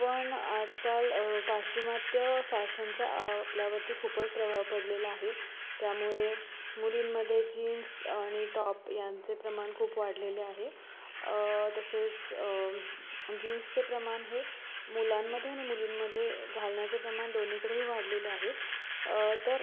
पण आजकाल पाश्चिमात्य फॅशनचा आपल्यावरती खूपच प्रभाव पडलेला आहे त्यामुळे मुलींमध्ये जीन्स आणि टॉप यांचे प्रमाण खूप वाढलेले आहे तसेच जीन्सचे प्रमाण हे मुलांमध्ये आणि मुलींमध्ये घालण्याचे प्रमाण दोन्हीकडेही वाढलेले आहे तर